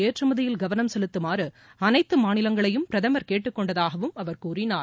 ஏற்றுமதியில் கவனம் செலுத்துமாறு அனைத்து மாநிலங்களையும் பிரதமர் கேட்டுக் கொண்டதாகவும் அவர் கூறினார்